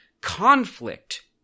conflict